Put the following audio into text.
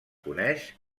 coneix